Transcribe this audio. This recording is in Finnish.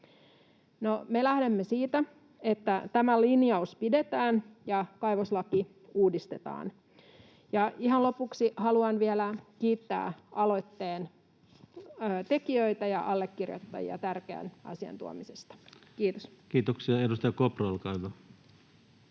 Me lähdemme siitä, että tämä linjaus pidetään ja kaivoslaki uudistetaan. Ihan lopuksi haluan vielä kiittää aloitteen tekijöitä ja allekirjoittajia tärkeän asian tuomisesta. — Kiitos. Kiitoksia. — Edustaja Kopra, olkaa hyvä.